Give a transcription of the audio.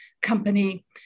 company